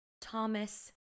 Thomas